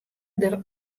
der